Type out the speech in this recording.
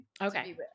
Okay